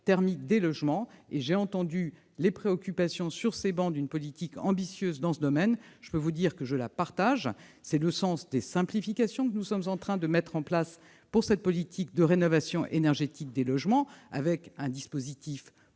thermique des logements. J'ai entendu vos préoccupations et votre souhait d'une politique ambitieuse dans ce domaine. Je peux vous dire que je la partage : c'est le sens des simplifications que nous sommes en train de mettre en oeuvre en matière de rénovation énergétique des logements avec un dispositif